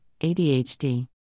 ADHD